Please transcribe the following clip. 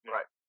Right